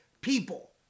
people